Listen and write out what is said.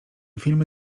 filmy